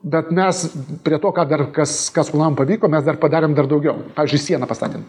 bet mes prie to ką dar kas kas man pavyko mes dar padarėm dar daugiau pavyzdžiui sieną pastatėm